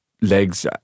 legs